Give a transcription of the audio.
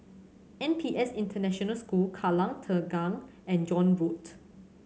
N P S International School Kallang Tengah and John Road